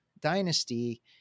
dynasty